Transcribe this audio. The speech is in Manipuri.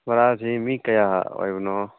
ꯚꯔꯥꯁꯤ ꯃꯤ ꯀꯌꯥ ꯑꯣꯏꯕꯅꯣ